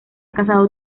casado